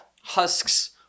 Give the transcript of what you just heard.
husks